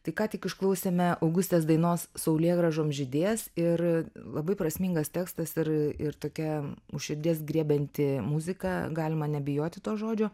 tai ką tik išklausėme augustės dainos saulėgrąžom žydės ir labai prasmingas tekstas ir ir tokia už širdies griebianti muzika galima nebijoti to žodžio